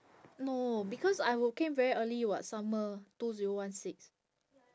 no because I wo~ came very early [what] summer two zero one six